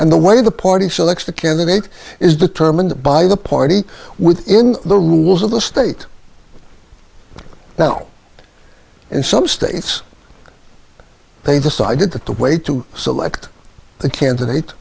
and the way the party selects the candidate is determined by the party within the rules of the state now in some states they decided that the way to select a candidate